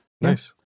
Nice